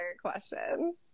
question